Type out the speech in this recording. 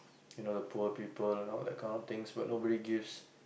you know the poor people you know that kind of things but nobody gives